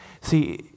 See